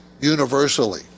universally